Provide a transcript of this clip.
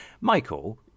michael